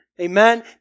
Amen